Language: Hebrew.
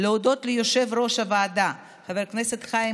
להודות ליושב-ראש הוועדה חבר הכנסת חיים